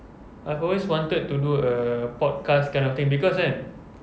I've always wanted to do a podcast kind of thing because kan